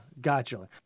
Gotcha